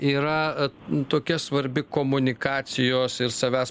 yra tokia svarbi komunikacijos ir savęs